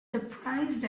surprised